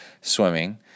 swimming